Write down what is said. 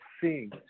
seeing